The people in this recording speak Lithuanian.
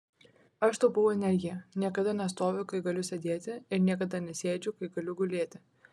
aš taupau energiją niekada nestoviu kai galiu sėdėti ir niekada nesėdžiu kai galiu gulėti